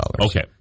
Okay